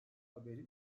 haberi